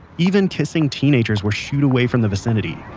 even kissing teenagers were shooed away from the vicinity